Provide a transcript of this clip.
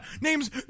Name's